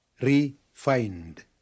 Refined